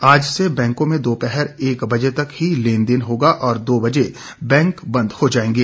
आज से बैंकों में दोपहर एक बजे तक ही लेनदेन होगा और दो बजे बैंक बद हो जाएंगे